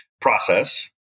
process